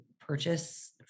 purchase